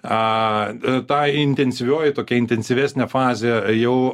a ta intensyvioji tokia intensyvesnė fazė jau